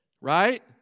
right